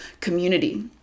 community